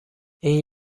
این